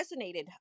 resonated